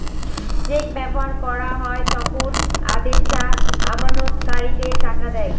check ব্যবহার করা হয় যখন আদেষ্টা আমানতকারীদের টাকা দেয়